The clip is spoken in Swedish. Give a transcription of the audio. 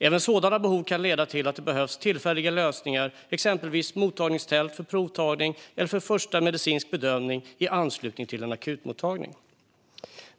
Även sådana behov kan leda till att det behövs tillfälliga lösningar, exempelvis mottagningstält för provtagning eller för en första medicinsk bedömning i anslutning till en akutmottagning.